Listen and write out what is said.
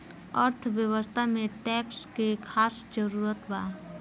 अर्थव्यवस्था में टैक्स के खास जरूरत बा